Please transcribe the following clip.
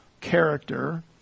character